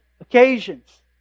occasions